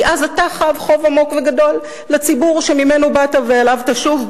כי אז אתה חב חוב עמוק וגדול לציבור שממנו באת ואליו גם תשוב.